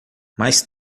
mais